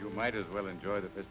you might as well enjoy th